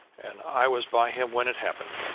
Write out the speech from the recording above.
and i was by him when it happened.